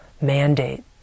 mandate